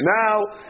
now